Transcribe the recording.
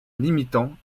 limitant